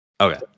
Okay